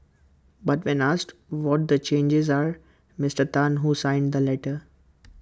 but when asked what the changes are Mister Tan who signed the letter